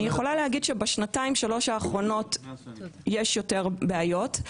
אני יכולה להגיד שבשנתיים-שלוש האחרונות יש יותר בעיות.